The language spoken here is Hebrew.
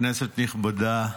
כנסת נכבדה,